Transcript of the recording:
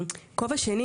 בכובע השני,